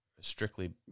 strictly